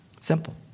Simple